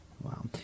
Wow